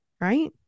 right